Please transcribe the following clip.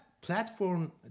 platform